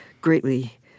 greatly